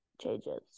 changes